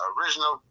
Original